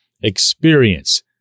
experience